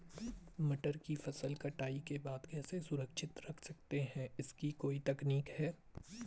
मटर को फसल कटाई के बाद कैसे सुरक्षित रख सकते हैं इसकी कोई तकनीक है?